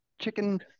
chicken